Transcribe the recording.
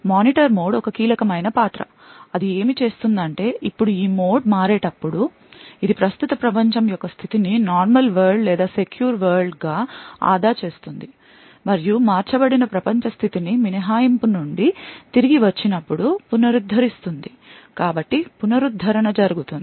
monitor mode ఒక కీలకమైన పాత్ర అది ఏమి చేస్తుందంటే ఇప్పుడు ఈ మోడ్ మారేటప్పుడు ఇది ప్రస్తుత ప్రపంచం యొక్క స్థితిని నార్మల్ వరల్డ్ లేదా సెక్యూర్ వరల్డ్ గా ఆదా చేస్తుంది మరియు మార్చబడిన ప్రపంచ స్థితిని మినహాయింపు నుండి తిరిగి వచ్చినప్పుడు పునరుద్ధరిస్తుంది కాబట్టి పునరుద్ధరణ జరుగుతుంది